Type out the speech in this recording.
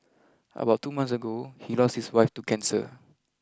about two months ago he lost his wife to cancer